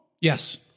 Yes